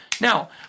Now